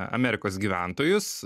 amerikos gyventojus